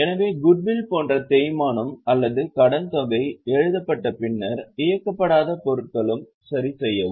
எனவே குட்வில் போன்ற தேய்மானம் அல்லது கடன்தொகை எழுதப்பட்ட பின்னர் இயக்கப்படாத பொருட்களுக்கு சரிசெய்யவும்